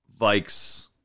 Vikes